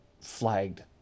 flagged